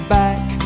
back